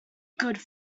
good